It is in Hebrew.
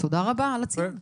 תודה רבה על הציון.